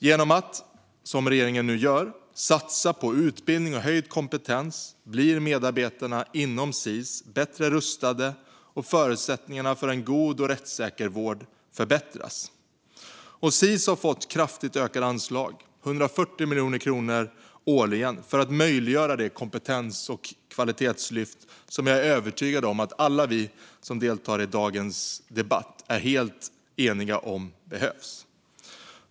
Genom att, som regeringen nu gör, satsa på utbildning och höjd kompetens blir medarbetarna inom Sis bättre rustade och förutsättningarna för en god och rättssäker vård förbättras. Sis har fått kraftigt ökade anslag - 140 miljoner kronor årligen - för att möjliggöra det kompetens och kvalitetslyft som jag är övertygad om att alla vi som deltar i dagens debatt är helt eniga om behövs.